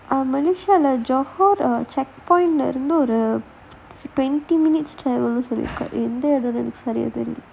um malaysia johor the checkpoint lah இருந்து ஒரு:irunthu oru twenty minutes சொல்லி இருக்காரு எந்த இடம்னு தெரில:solli irukkaaru entha idamnu therila